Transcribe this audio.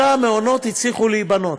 ש-23 מעונות הצליחו להיבנות.